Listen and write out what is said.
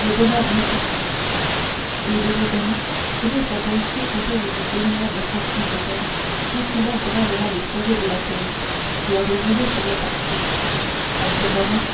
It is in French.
le bonheur m'étouffe et les deux amis se mirent à danser autour du vénérable saint chrysostome piétinant bravement les feuillets de la thèse qui avaient roulé sur le parquet en ce moment